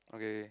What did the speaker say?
okay